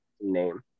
name